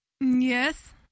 Yes